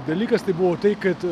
dalykas tai buvo tai kad